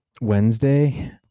Wednesday